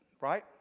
right